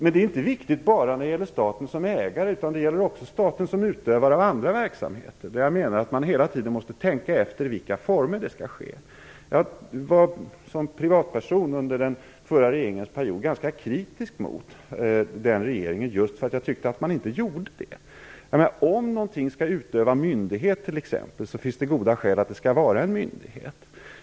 Det är viktigt inte bara när det gäller staten som ägare, utan också när det gäller staten som utövare av andra verksamheter, där man hela tiden måste tänka efter i vilka former det skall ske. Jag var som privatperson under den förra regeringens period ganska kritisk mot regeringen just därför att man inte gjorde detta. Om någon skall utöva myndighet finns det goda skäl att det skall vara just en myndighet.